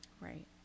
Right